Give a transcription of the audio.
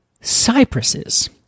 cypresses